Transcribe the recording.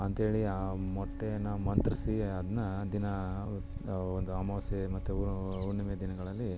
ಅಂಥೇಳಿ ಆ ಮೊಟ್ಟೆನ ಮಂತ್ರಿಸಿ ಅದನ್ನ ದಿನಾ ಒಂದು ಅಮಾವಾಸ್ಯೆ ಮತ್ತು ಹುಣ್ಣಿಮೆ ದಿನಗಳಲ್ಲಿ